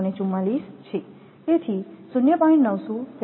544 છે તેથી 0